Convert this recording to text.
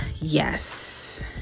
yes